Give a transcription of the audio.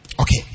Okay